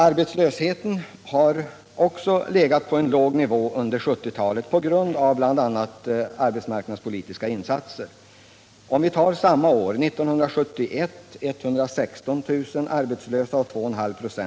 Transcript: Arbetslösheten har legat på en låg nivå under 1970-talet, bl.a. på grund av arbetsmarknadspolitiska insatser. 1971 fanns det 116 000 arbetslösa, vilket innebär 2,5 96.